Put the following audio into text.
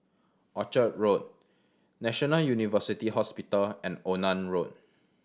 Orchard Road National University Hospital and Onan Road